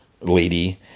lady